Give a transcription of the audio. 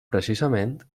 precisament